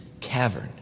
cavern